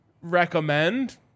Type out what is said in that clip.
recommend